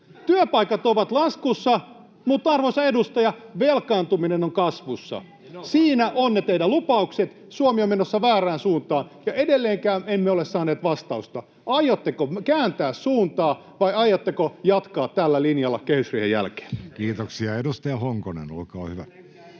Työpaikat ovat laskussa, mutta, arvoisa edustaja, velkaantuminen on kasvussa. — Siinä ovat ne teidän lupauksenne. Suomi on menossa väärään suuntaan, ja edelleenkään emme ole saaneet vastausta, aiotteko kääntää suuntaa vai aiotteko jatkaa tällä linjalla kehysriihen jälkeen. [Ben Zyskowicz: Edelleenkään